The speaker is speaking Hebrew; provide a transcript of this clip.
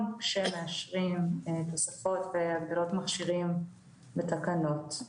כשמאשרים תוספות והגדלות מכשירים בתקנות.